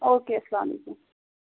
okay السلام علیکُم